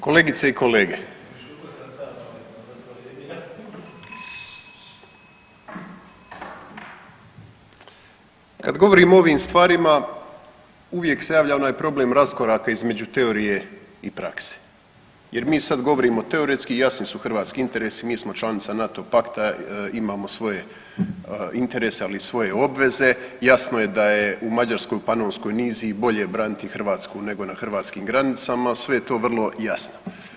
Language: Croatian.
Kolegice i kolege, kad govorim o ovim stvarima uvijek se javlja onaj problem raskoraka između teorije i prakse jer mi sad govorimo teoretski i jasni su hrvatski interesi, mi smo članica NATO pakta, imamo svoje interese, ali i svoje obveze, jasno je da je u Mađarskoj Panonskoj niziji bolje braniti Hrvatsku nego na hrvatskim granicama, sve je to vrlo jasno.